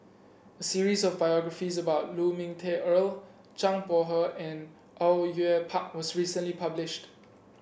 a series of biographies about Lu Ming Teh Earl Zhang Bohe and Au Yue Pak was recently published